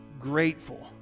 grateful